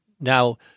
now